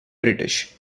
british